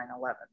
9-11